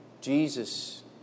Jesus